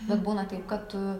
bet būna taip kad tu